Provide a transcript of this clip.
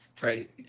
Right